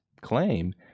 claim